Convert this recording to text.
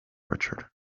richard